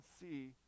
see